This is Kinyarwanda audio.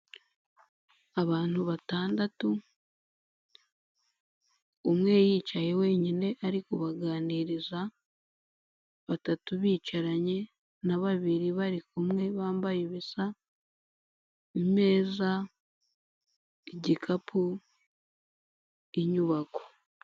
Abantu batandatu, umwe yicaye wenyine ari kubaganiriza, batatu bicaranye na babiri bari kumwe bambaye ibisa, imeza, igikapu, inyubako.